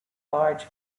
large